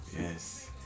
yes